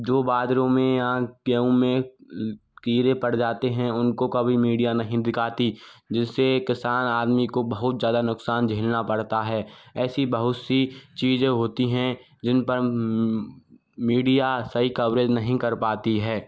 जो बाजरों में या गेहूँ में कीड़े पड़ जाते हैं उनको कभी मीडिया नहीं दिखाती जिससे किसान आदमी को बहुत ज़्यादा नुकसान झेलना पड़ता है ऐसी बहुत सी चीज़ें होती हैं जिन पर मीडिया सही कवरेज नहीं कर पाती है